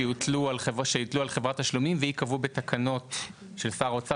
שיוטלו על חברת תשלומים וייקבעו בתקנות של שר האוצר